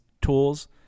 tools